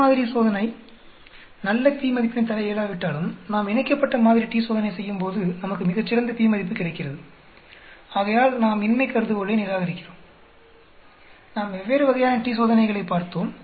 இரு மாதிரி - சோதனை நல்ல p மதிப்பினை தர இயலாவிட்டாலும் நாம் இணைக்கப்பட்ட மாதிரி t சோதனை செய்யும்போது நமக்கு மிகச்சிறந்த p மதிப்பு கிடைக்கிறது ஆகையால் நாம் இன்மை கருதுகோளை நிராகரிக்கிறோம் நாம் வெவ்வேறு வகையான t சோதனைகளைப் பார்த்தோம்